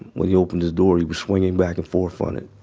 when he opened his door, he was swinging back and forth on it.